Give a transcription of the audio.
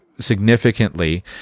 significantly